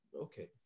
Okay